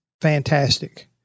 fantastic